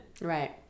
Right